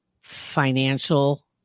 financial